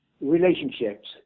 relationships